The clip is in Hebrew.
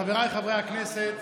חבריי חברי הכנסת,